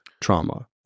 trauma